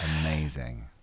amazing